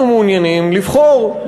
אנחנו מעוניינים לבחור,